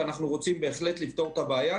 ואנחנו רוצים לפתור את הבעיה,